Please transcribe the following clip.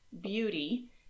beauty